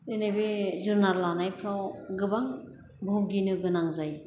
दिनै बे जुनार लानायफ्राव गोबां भुगिनो गोनां जायो